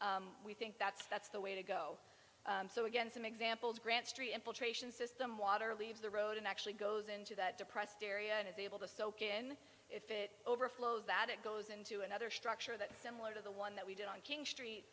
we think that's that's the way to go so again some examples grant street infiltration system water leaves the road and actually goes into that depressed area and is able to soak in if it overflows that it goes into another structure that is similar to the one that we did on king street